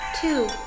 two